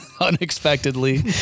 unexpectedly